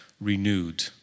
renewed